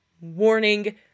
warning